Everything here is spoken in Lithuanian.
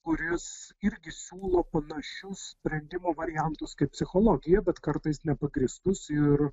kuris irgi siūlo panašius sprendimo variantus kaip psichologija bet kartais nepagrįstus ir